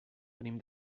venim